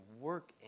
work